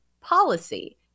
policy